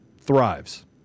thrives